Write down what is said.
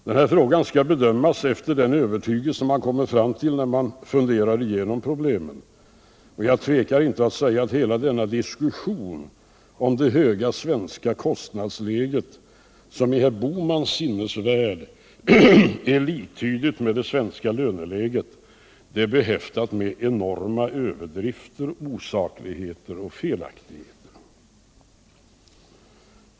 Den här frågan skall bedömas efter den övertygelse man kommer fram till, när man funderar igenom problemen, och jag tvekar inte att säga att hela denna diskussion om det höga svenska kostnadsläget, som i herr Bohmans sinnevärld är liktydigt med det svenska löneläget, är behäftad med enorma överdrifter, osakligheter och felaktigheter.